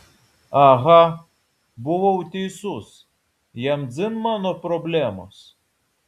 aha buvau teisus jam dzin mano problemos